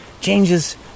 Changes